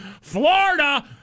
Florida